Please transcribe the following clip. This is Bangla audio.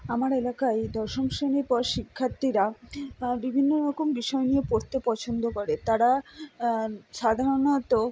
আমার এলাকায় দশম শ্রেণীর পর শিক্ষার্থীরা বিভিন্ন রকম বিষয় নিয়ে পড়তে পছন্দ করে তারা সাধারণত